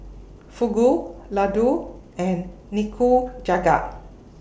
Fugu Ladoo and Nikujaga